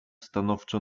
stanowczo